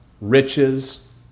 riches